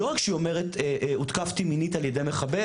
לא רק שהיא אומרת - הותקפתי מינית על ידי מחבל